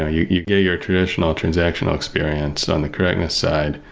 ah you you get your traditional traditional experience on the correctness side.